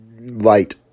light